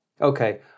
Okay